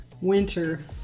winter